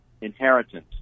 inheritance